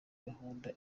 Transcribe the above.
gahunda